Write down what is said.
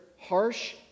harsh